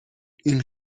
این